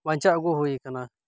ᱵᱟᱧᱪᱟᱣ ᱟᱹᱜᱩ ᱦᱩᱭ ᱟᱠᱟᱱᱟ